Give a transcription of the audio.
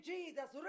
Jesus